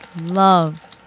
love